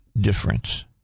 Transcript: difference